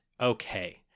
okay